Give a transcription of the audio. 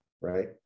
Right